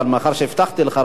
אבל מאחר שהבטחתי לך,